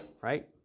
right